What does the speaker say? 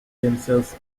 themselves